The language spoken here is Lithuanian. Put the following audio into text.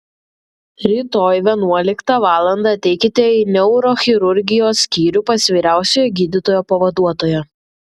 rytoj vienuoliktą valandą ateikite į neurochirurgijos skyrių pas vyriausiojo gydytojo pavaduotoją